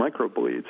microbleeds